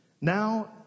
now